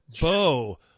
Bo